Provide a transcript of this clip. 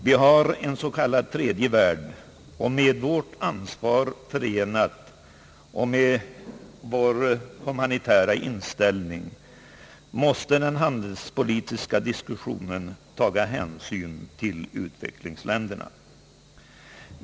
Vi har en s.k. tredje värld, och med vårt ansvar förenat och med vår humanitära inställning måste den handelspolitiska diskussionen ta hänsyn till u-länderna.